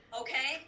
okay